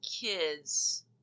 kids